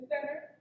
center